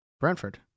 Brentford